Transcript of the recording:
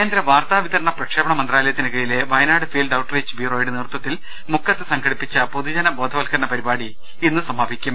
കേന്ദ്ര വാർത്താവിതരണ പ്രക്ഷേപണ മന്ത്രാലയത്തിന് കീഴിലെ വയനാട് ഫീൽഡ് ഔട്ട് റീച്ച് ബ്യൂറോയുടെ നേതൃത്വത്തിൽ മുക്കത്ത് സംഘ ടിപ്പിച്ച പൊതുജന ബോധവൽക്കരണ പരിപാടി ഇന്ന് സമാപിക്കും